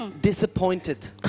disappointed